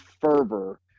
fervor